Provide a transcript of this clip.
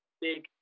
big